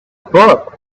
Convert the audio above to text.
book